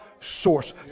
source